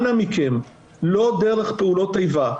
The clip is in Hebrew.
אנא מכם, לא דרך פעולות איבה.